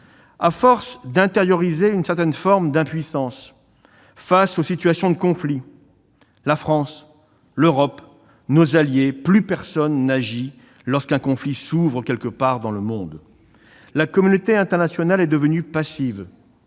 À force d'intérioriser une certaine forme d'impuissance, la France, l'Europe, nos alliés, plus personne n'agit lorsqu'un conflit s'ouvre quelque part dans le monde. La communauté internationale est devenue passive,